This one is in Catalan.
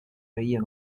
vella